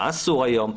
מה אסור היום.